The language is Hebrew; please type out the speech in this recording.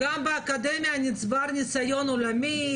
גם באקדמיה נצבר ניסיון עולמי,